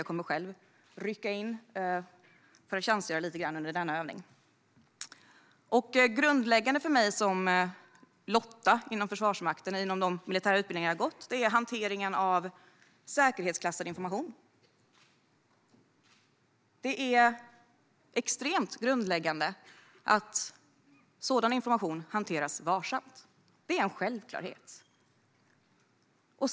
Jag kommer själv att rycka in för att tjänstgöra lite grann under denna övning. Grundläggande för mig som lotta inom Försvarsmakten och inom de militära utbildningar jag har gått är hanteringen av säkerhetsklassad information. Det är extremt grundläggande att sådan information hanteras varsamt. Det är en självklarhet.